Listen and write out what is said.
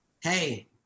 hey